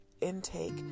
intake